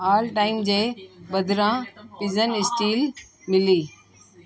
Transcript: all time जे बदिरां pigeon still मिली